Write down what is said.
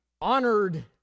honored